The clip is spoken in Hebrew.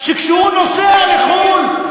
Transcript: שכשהוא נוסע לחו"ל,